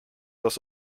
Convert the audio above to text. das